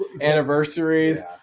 anniversaries